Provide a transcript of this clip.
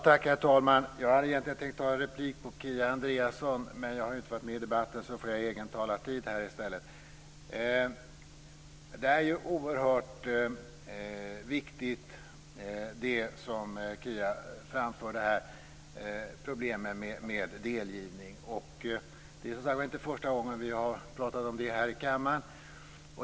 Herr talman! Jag hade egentligen tänkt replikera på Kia Andreasson men eftersom jag inte varit med med i debatten får jag i stället tid för anförande. Det som Kia Andreasson här har framfört är oerhört viktigt. Det gäller alltså problemen med delgivning. Det är inte första gången som vi talar om den saken här i kammaren.